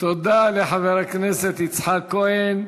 תודה לחבר הכנסת יצחק כהן.